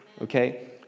okay